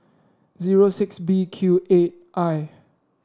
zero six B Q eight I